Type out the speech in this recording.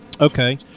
okay